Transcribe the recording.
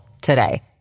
today